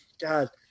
God